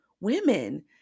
women